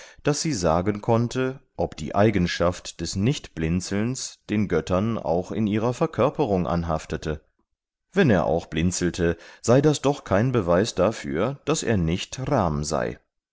daß sie sagen konnte ob die eigenschaft des nicht blinzelns den göttern auch in ihrer verkörperung anhaftete wenn er auch blinzelte sei das doch kein beweis dafür daß er nicht rm sei